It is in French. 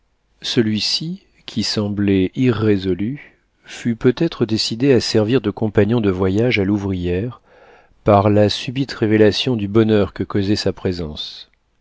celui-ci qui semblait irrésolu fut peut-être décidé à servir de compagnon de voyage à l'ouvrière par la subite révélation du bonheur que causait sa présence